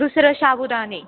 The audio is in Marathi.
दुसरं साबुदाणे